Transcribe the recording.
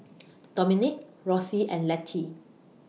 Dominic Rossie and Letty